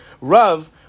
Rav